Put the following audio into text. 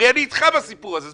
הרי אני איתך בסיפור הזה.